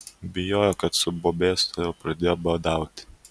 bijojo kad subobės todėl pradėjo badauti